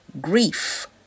grief